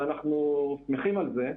ואנחנו שמחים על כך,